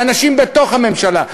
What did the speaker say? מאנשים בתוך הממשלה,